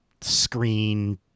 screen